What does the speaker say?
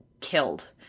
killed